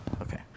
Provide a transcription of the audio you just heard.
okay